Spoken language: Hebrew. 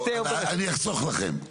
אני אחסוך לכם,